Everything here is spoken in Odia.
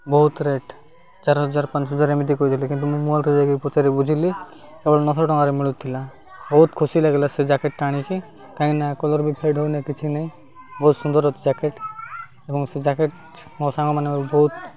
ବହୁତ ରେଟ୍ ଚାରି ହଜାର ପାଞ୍ଚ ହଜାର ଏମିତି କହୁଥିଲେ କିନ୍ତୁ ମୁଁ ମଲରେ ଯାଇକି ପଚାରି ବୁଝିଲି କେବଳ ନଅଶହ ଟଙ୍କାରେ ମିଳୁଥିଲା ବହୁତ ଖୁସି ଲାଗିଲା ସେ ଜ୍ୟାକେଟଟା ଆଣିକି କାହିଁକିନା ନା କଲର୍ ବି ଫେଡ଼ ହେଉନି ନା କିଛି ନାହିଁ ବହୁତ ସୁନ୍ଦର ଜ୍ୟାକେଟ୍ ଏବଂ ସେ ଜ୍ୟାକେଟ ମୋ ସାଙ୍ଗମାନଙ୍କୁ ବହୁତ